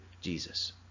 Jesus